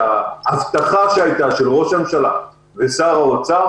שההבטחה שניתנה על ידי ראש הממשלה ושר האוצר,